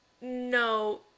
No